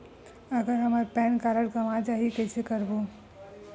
अगर हमर PAN card गवां जाही कइसे करबो?